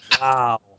wow